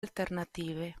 alternative